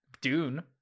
Dune